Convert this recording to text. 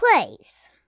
place